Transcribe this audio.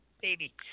baby